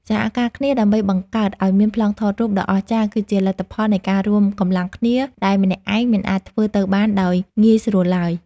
សហការគ្នាដើម្បីបង្កើតឱ្យមានប្លង់ថតរូបដ៏អស្ចារ្យគឺជាលទ្ធផលនៃការរួមកម្លាំងគ្នាដែលម្នាក់ឯងមិនអាចធ្វើទៅបានដោយងាយស្រួលឡើយ។